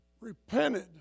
repented